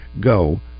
go